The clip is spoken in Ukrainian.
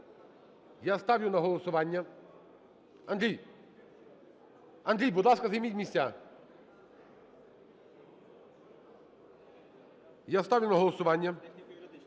я ставлю на голосування… Андрій, Андрій, будь ласка, займіть місця. Я ставлю на голосування